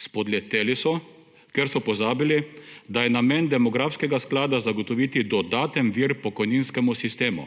Spodleteli so, ker so pozabili, da je namen demografskega sklada zagotoviti dodaten vir pokojninskemu sistemu,